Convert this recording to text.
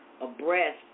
abreast